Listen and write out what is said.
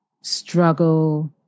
struggle